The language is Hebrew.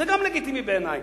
זה גם לגיטימי בעיני.